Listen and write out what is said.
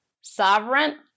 sovereign